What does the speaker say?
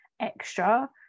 extra